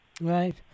Right